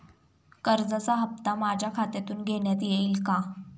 कर्जाचा हप्ता माझ्या खात्यातून घेण्यात येईल का?